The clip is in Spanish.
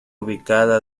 ubicada